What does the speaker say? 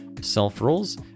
self-rolls